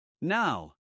Now